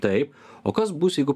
taip o kas bus jeigu